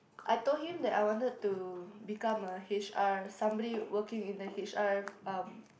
I told him that I wanted to become a H_R somebody working in the H_R um